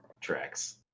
tracks